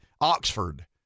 oxford